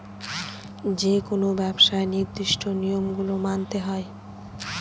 যেকোনো ব্যবসায় নির্দিষ্ট নিয়ম গুলো মানতে হয়